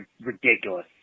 ridiculous